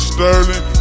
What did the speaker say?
Sterling